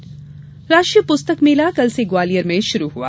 पुस्तक मेला राष्ट्रीय पुस्तक मेला कल से ग्वालियर में शुरू हुआ